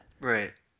Right